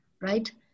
right